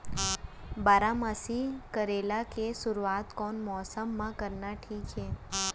बारामासी करेला के शुरुवात कोन मौसम मा करना ठीक हे?